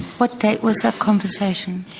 what date was that conversation?